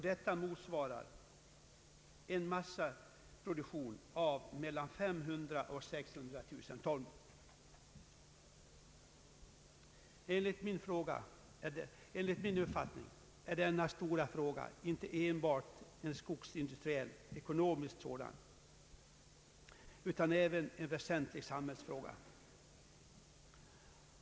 Detta motsvarar en massaproduktion av mellan 500 000 och 600 000 ton. Enligt min uppfattning är denna stora fråga inte enbart en skogsindustriellt ekonomisk sådan utan även en väsentlig samhällsfråga.